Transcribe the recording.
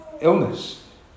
illness